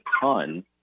ton